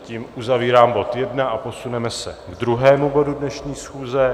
Tím uzavírám bod 1 a posuneme se k druhému bodu dnešní schůze.